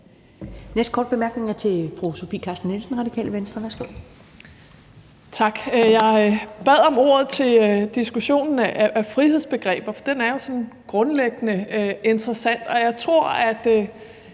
Venstre. Værsgo. Kl. 15:36 Sofie Carsten Nielsen (RV): Tak. Jeg bad om ordet til diskussionen af frihedsbegreber. For den er jo sådan grundlæggende interessant, og jeg tror, at